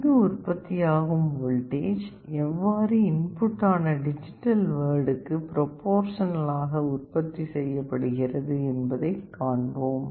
இங்கு உற்பத்தியாகும் வோல்டேஜ் எவ்வாறு இன்புட்டான டிஜிட்டல் வேர்டுக்கு ப்ரோபோர்சனல் ஆக உற்பத்தி செய்யப்படுகிறது என்பதை காண்போம்